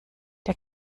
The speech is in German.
der